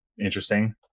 interesting